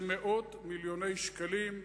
זה מאות מיליוני שקלים,